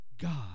God